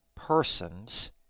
persons